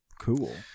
cool